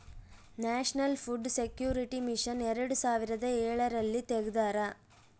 national food security mission ಎರಡು ಸಾವಿರದ ಎಳರಲ್ಲಿ ತೆಗ್ದಾರ